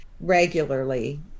regularly